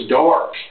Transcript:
dark